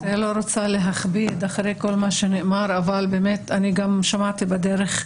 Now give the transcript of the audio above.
אני לא רוצה להכביד אחרי כל מה שנאמר, שמעתי בדרך.